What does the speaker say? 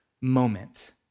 moment